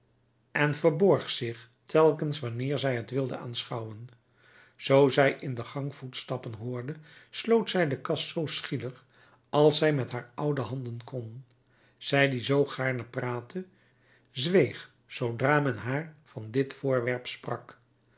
en verborg zich telkens wanneer zij het wilde aanschouwen zoo zij in de gang voetstappen hoorde sloot zij de kast zoo schielijk als zij met haar oude handen kon zij die zoo gaarne praatte zweeg zoodra men haar van dit voorwerp sprak